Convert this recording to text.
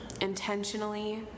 intentionally